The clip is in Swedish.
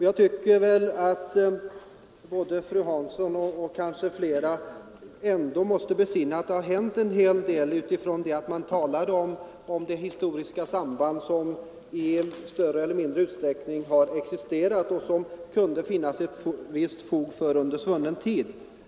Jag tycker att fru Hansson, och kanske flera, ändå måste besinna att det har hänt en hel del under den tid som man talat om det historiska sambandet, ett samband som i större eller mindre utsträckning har existerat och som det kanske kunde finnas ett visst fog för under svunnen tid.